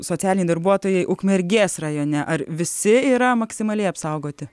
socialiniai darbuotojai ukmergės rajone ar visi yra maksimaliai apsaugoti